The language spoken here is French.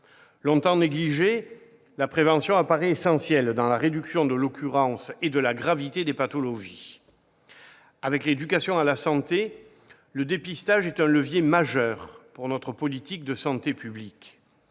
Longtemps négligée, la prévention apparaît essentielle dans la réduction de l'occurrence et de la gravité des pathologies. Avec l'éducation à la santé, le dépistage est un levier essentiel pour notre politique de santé publique.